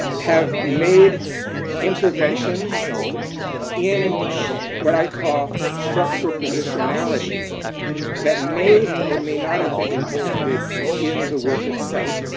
have made interventions in what i call structural positionality that may or may not have been intended in the work itself.